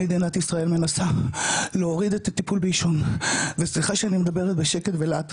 מדינת ישראל מנסה להוריד את הטיפול בעישון וסליחה שאני מדברת בשקט ולאט,